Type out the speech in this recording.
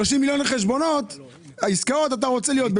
30 מיליון עסקאות אתה רוצה להיות בכולם.